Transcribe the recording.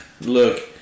Look